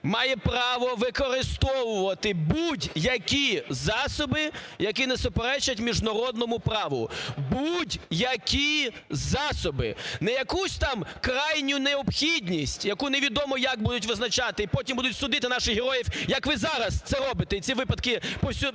має право використовувати будь-які засоби, які не суперечать міжнародному право, будь-які засоби, не якусь так крайню необхідність, яку невідомо як будуть визначати і потім будуть судити наших Героїв, як ви зараз це робите і ці випадки повсю...